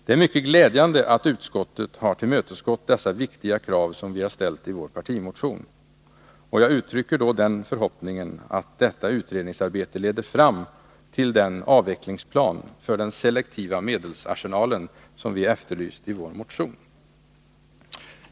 Det är mycket glädjande att utskottet har tillmötesgått dessa viktiga krav som vi ställt i vår partimotion, och jag uttrycker då den förhoppningen att detta utredningsarbete leder fram till den avvecklingsplan för den selektiva medelsarsenalen som vi efterlyst i vår motion.